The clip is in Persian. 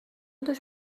داشت